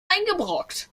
eingebrockt